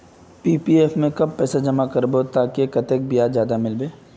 PPF में पैसा जमा कब करबो ते ताकि कतेक ब्याज ज्यादा मिलबे?